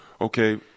okay